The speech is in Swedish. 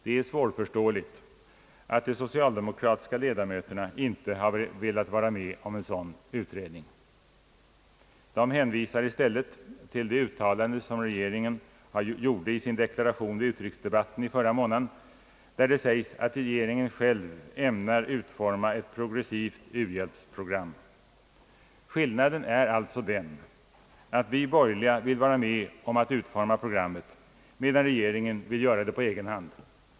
Det är svårförståeligt att de socialdemokratiska ledamöterna inte har velat vara med om en sådan utredning. De hänvisar i stället till det uttalande som regeringen gjorde i sin deklaration vid utrikesdebatten i förra månaden, där det sägs att regeringen själv ämnar utforma ett progressivt u-hjälpsprogram. Skillnaden är alltså den att vi borgerliga vill vara med om att utforma programmet, medan regeringen vill göra det på egen hand.